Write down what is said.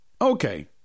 okay